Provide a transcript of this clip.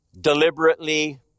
deliberately